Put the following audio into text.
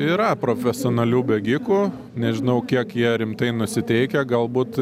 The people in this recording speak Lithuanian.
yra profesionalių bėgikų nežinau kiek jie rimtai nusiteikę galbūt